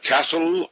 Castle